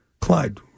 Clyde